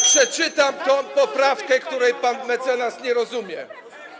Przeczytam poprawkę, której pan mecenas nie rozumie.